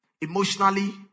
emotionally